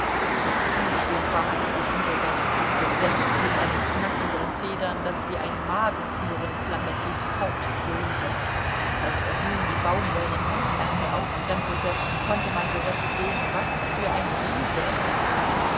das plüschsofa hatte sich unter seinem druck gesenkt mit einem knacken der federn das wie ein magenknurren flamettis fortdröhnte als er nun die baumwollenen hemdärmel aufkrempelte konnte man so recht sehen was für ein riese er war